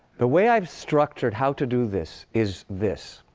the way i've structured how to do this is this.